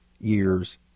years